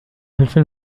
الفلم